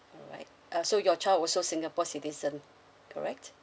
alright uh so your child also singapore citizen correct